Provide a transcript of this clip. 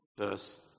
verse